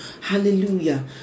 hallelujah